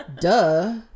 Duh